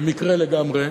במקרה לגמרי,